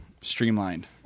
Streamlined